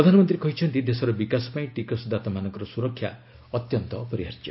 ପ୍ରଧାନମନ୍ତ୍ରୀ କହିଛନ୍ତି ଦେଶର ବିକାଶ ପାଇଁ ଟିକସଦାତାମାନଙ୍କର ସୁରକ୍ଷା ଅତ୍ୟନ୍ତ ଅପରିହାର୍ଯ୍ୟ